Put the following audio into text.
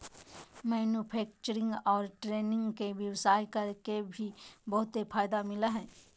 manufacturing और trading के व्यवसाय कर के भी बहुत फायदा मिलय हइ